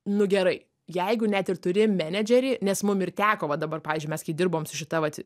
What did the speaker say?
nu gerai jeigu net ir turi menedžerį nes mum ir teko va dabar pavyzdžiui mes kai dirbom su šita vat